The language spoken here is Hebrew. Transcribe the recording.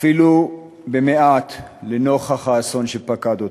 אפילו במעט, לנוכח האסון שפקד אותם.